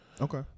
Okay